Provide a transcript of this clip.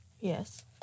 yes